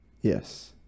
Yes